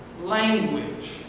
language